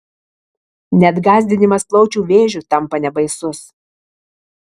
net gąsdinimas plaučių vėžiu tampa nebaisus